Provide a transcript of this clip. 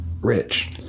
rich